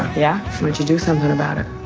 yeah. we to do something about it.